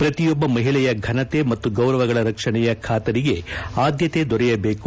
ಪ್ರತಿಯೊಬ್ಲ ಮಹಿಳೆಯ ಘನತೆ ಮತ್ತು ಗೌರವಗಳ ರಕ್ಷಣೆಯ ಬಾತರಿಗೆ ಆದ್ಲತೆ ದೊರೆಯಬೇಕು